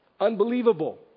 Unbelievable